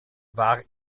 war